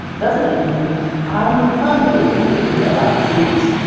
doesn't it mean i'm hungry, give me a bite to eat!